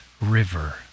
River